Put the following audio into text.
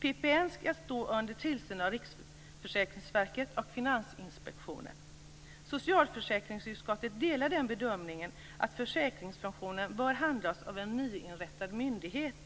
PPM skall stå under tillsyn av Riksförsäkringsverket och Finansinspektionen. Socialförsäkringsutskottet delar den bedömningen att försäkringsfunktionen bör handhas av en nyinrättad myndighet.